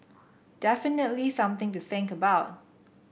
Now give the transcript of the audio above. definitely something to think about